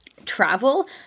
travel